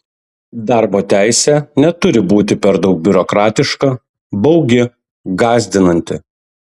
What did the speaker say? darbo teisė neturi būti per daug biurokratiška baugi gąsdinanti